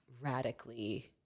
radically